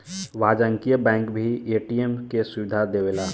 वाणिज्यिक बैंक भी ए.टी.एम के सुविधा देवेला